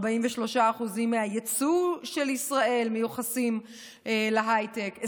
43% מהייצוא של ישראל מיוחסים להייטק,